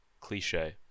cliche